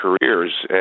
careers